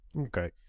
Okay